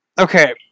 Okay